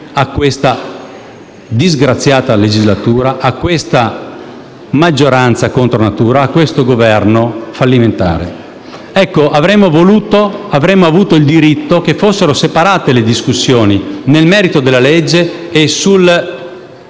a questa disgraziata legislatura, a questa maggioranza contro natura, a questo Governo fallimentare. Ecco, avremmo voluto, e ne avremmo avuto il diritto, che le discussioni nel merito della legge e sui